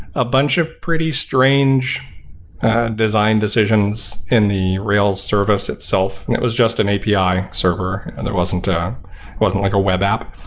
a bunch of pretty strange design decisions in the rail service itself. and it was just an api server. and it wasn't ah wasn't like a web app,